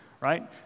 right